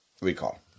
recall